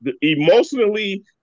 emotionally